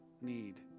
need